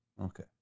Okay